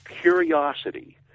curiosity